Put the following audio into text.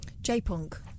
J-punk